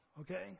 okay